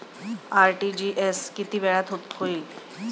RTGS किती वेळात होईल?